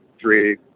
three